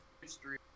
history